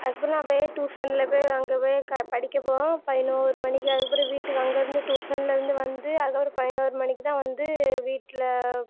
அதுக்கு அப்புறம் நான் போய் டுஷனில் போய் அங்க போய் படிக்க போவேன் பதினொரு மணிக்கு அதுக்கு அப்புறம் வீட்டுக்கு அங்கே இருந்து டுஷனில் இருந்து வந்து அதுக்கு அப்புறம் பதினொரு மணிக்கு தான் வந்து வீட்டில்